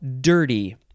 dirty